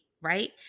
right